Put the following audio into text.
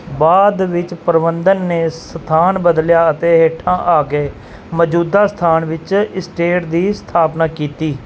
ਬਾਅਦ ਵਿੱਚ ਪ੍ਰਬੰਧਨ ਨੇ ਸਥਾਨ ਬਦਲਿਆ ਅਤੇ ਹੇਠਾਂ ਆ ਕੇ ਮੌਜੂਦਾ ਸਥਾਨ ਵਿੱਚ ਇਸਟੇਟ ਦੀ ਸਥਾਪਨਾ ਕੀਤੀ